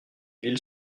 ville